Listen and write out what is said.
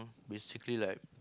basically like